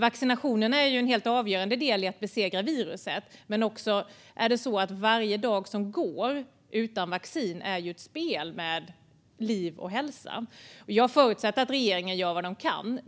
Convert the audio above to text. Vaccinationen är en helt avgörande del i att besegra viruset, och varje dag som går utan vaccin är spel med liv och hälsa. Jag förutsätter att regeringen gör vad man kan.